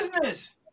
business